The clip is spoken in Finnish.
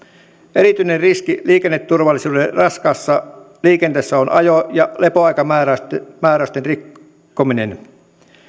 erityinen riski liikenneturvallisuudelle raskaassa liikenteessä on ajo ja lepoaikamääräysten rikkominen